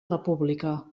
república